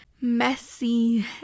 messy